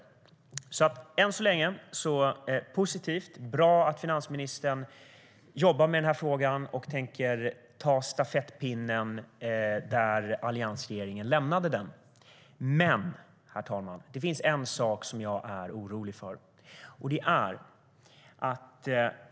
Än så länge tycker jag att det är positivt och bra att finansministern jobbar med denna fråga och tänker föra stafettpinnen från alliansregeringen vidare. Men, herr talman, det finns en sak som jag är orolig för.